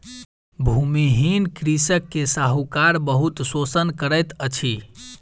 भूमिहीन कृषक के साहूकार बहुत शोषण करैत अछि